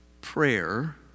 Prayer